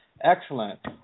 Excellent